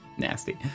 nasty